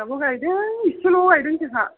आंबो गायदों एसेल' गायदों जोंहा